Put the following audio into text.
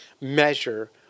measure